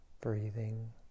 breathing